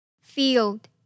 Field